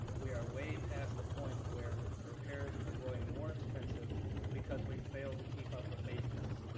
we are way past the point where the repairs are growing more expensive because we failed to keep up with maintenance.